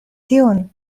tion